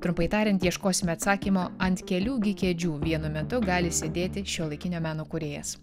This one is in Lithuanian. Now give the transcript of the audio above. trumpai tariant ieškosime atsakymų ant kelių gi kėdžių vienu metu gali sėdėti šiuolaikinio meno kūrėjas